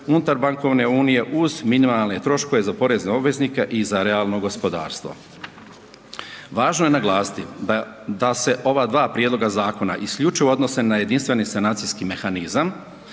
unutar bankovne unije uz minimalne troškove za porezne obveznike i za realno gospodarstvo. Važno je naglasiti da se ova dva prijedloga zakona isključivo odnose na Jedinstveni sanacijski mehanizam